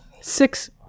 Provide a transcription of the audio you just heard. Six